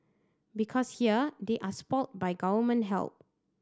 because here they are spoilt by government help